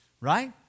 right